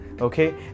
okay